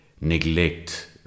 neglect